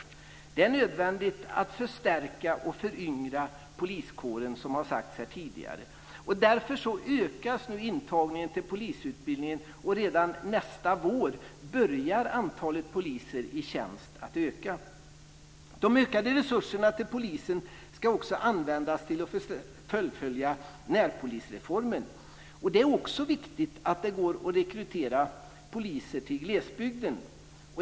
Som har sagts här tidigare är det nödvändigt att förstärka och föryngra poliskåren. Därför ökas nu intagningen till polisutbildningen, och redan nästa vår börjar antalet poliser i tjänst att öka. De ökade resurserna till polisen ska också användas till att fullfölja närpolisreformen. Det är också viktigt att det går att rekrytera poliser till glesbygden.